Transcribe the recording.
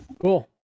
Cool